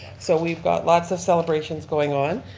so we've got lots of celebrations going on.